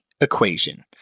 Equation